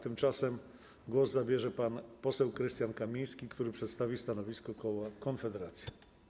Tymczasem głos zabierze pan poseł Krystian Kamiński, który przedstawi stanowisko koła Konfederacja.